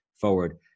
forward